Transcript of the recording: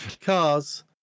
cars